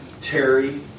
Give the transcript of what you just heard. Terry